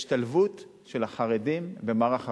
השתלבות של החרדים במערך הרווחה.